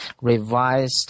revised